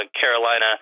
Carolina